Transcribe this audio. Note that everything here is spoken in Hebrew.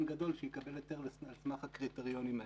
גדול שיקבל היתר על סמך הקריטריונים האלה.